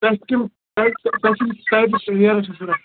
تۄہہِ تۄہہِ ییر حظ چھُ ضوٚرت